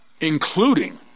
including